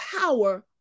power